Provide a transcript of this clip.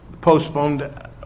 postponed